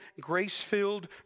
grace-filled